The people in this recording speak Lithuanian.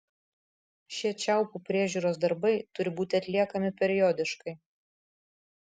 šie čiaupų priežiūros darbai turi būti atliekami periodiškai